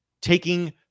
taking